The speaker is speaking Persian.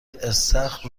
استخر